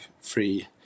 free